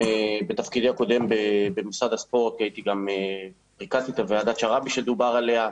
בתפקידי הקודם במשרד הספורט ריכזתי את ועדת שרעבי שדובר עליה.